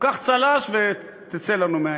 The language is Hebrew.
קח צל"ש ותצא לנו מהעיניים.